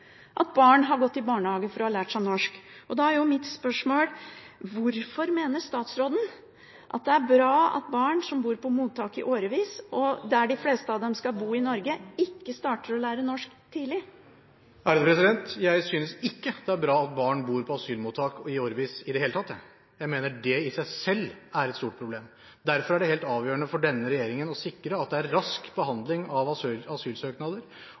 at barn har gått i barnehage for at de skal lære seg norsk. Da blir mitt spørsmål: Hvorfor mener statsråden at det er bra at barn som bor på mottak i årevis, der de fleste av dem skal bo i Norge, ikke starter å lære norsk tidlig? Jeg synes ikke det er bra at barn bor på asylmottak i årevis i det hele tatt. Jeg mener at det i seg selv er et stort problem. Derfor er det helt avgjørende for denne regjeringen å sikre at det er rask behandling av